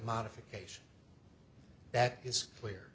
modification that is where